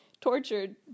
tortured